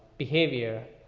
behavior.